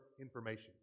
information